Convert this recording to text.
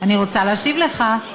אני רוצה להשיב לך.